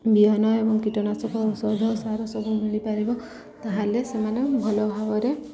ବିହନ ଏବଂ କୀଟନାଶକ ଔଷଧ ସାର ସବୁ ମିଳିପାରିବ ତାହେଲେ ସେମାନେ ଭଲ ଭାବରେ